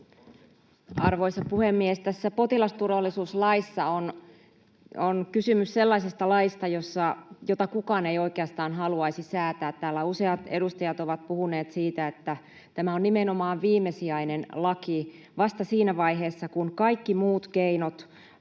Arvoisa puhemies! Tässä potilasturvallisuuslaissa on kysymys sellaisesta laista, jota kukaan ei oikeastaan haluaisi säätää. Täällä useat edustajat ovat puhuneet siitä, että tämä on nimenomaan viimesijainen laki — vasta siinä vaiheessa, kun kaikki muut keinot